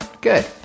good